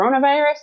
coronavirus